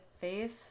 face